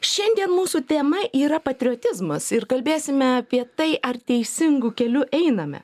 šiandien mūsų tema yra patriotizmas ir kalbėsime apie tai ar teisingu keliu einame